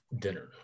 dinner